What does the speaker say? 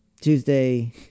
tuesday